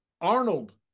Arnold